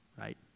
right